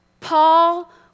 Paul